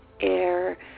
air